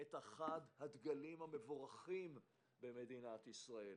את אחד הדגלים המבורכים במדינת ישראל.